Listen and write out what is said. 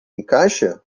encaixa